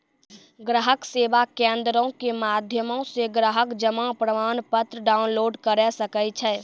ग्राहक सेवा केंद्रो के माध्यमो से ग्राहक जमा प्रमाणपत्र डाउनलोड करे सकै छै